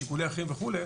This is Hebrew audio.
משיקולים אחרים וכולי,